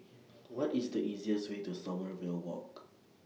What IS The easiest Way to Sommerville Walk